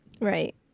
Right